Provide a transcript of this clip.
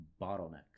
bottlenecks